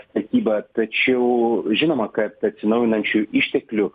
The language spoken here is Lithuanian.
statyba tačiau žinoma kad atsinaujinančių išteklių